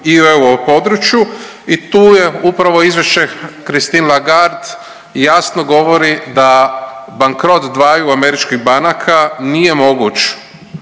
i u europodručju i tu je upravo izvješće Christine Lagarde jasno govori da bankrot dvaju američkih banaka nije moguć